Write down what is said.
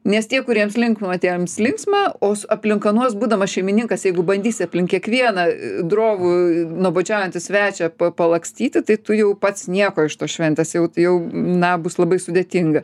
nes tie kuriems linksma tiems linksma o su aplink anuos būdamas šeimininkas jeigu bandysi aplink kiekvieną drovų nuobodžiaujantį svečią palakstyti tai tu jau pats nieko iš tos šventės jau jau na bus labai sudėtinga